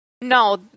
No